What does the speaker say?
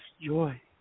joy